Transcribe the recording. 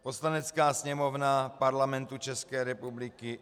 Poslanecká sněmovna Parlamentu České republiky